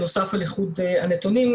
שנוסף על איכות הנתונים,